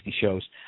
shows